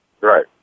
Right